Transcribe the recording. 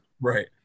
Right